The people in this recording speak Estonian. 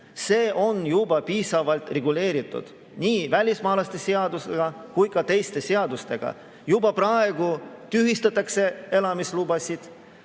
on juba piisavalt reguleeritud nii välismaalaste seadusega kui ka teiste seadustega. Juba praegu tühistatakse elamislubasid,